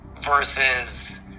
versus